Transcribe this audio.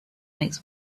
make